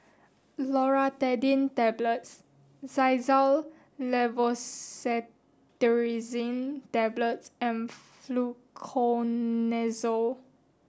Loratadine Tablets Xyzal Levocetirizine Tablets and Fluconazole